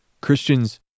Christians